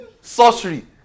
sorcery